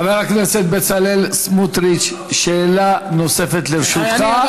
חבר הכנסת בצלאל סמוטריץ, שאלה נוספת לרשותך.